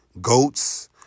goats